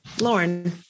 Lauren